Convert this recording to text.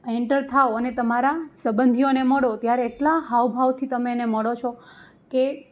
enter થાઓ અને તમારા સબંધીઓને મળો ત્યારે એટલા હાવભાવથી તમે એમને મળો છો કે